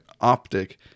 optic